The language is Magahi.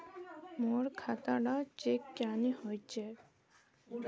मोर खाता डा चेक क्यानी होचए?